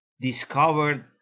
discovered